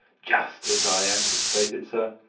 just as i anticipated, sir,